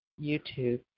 YouTube